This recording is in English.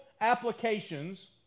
applications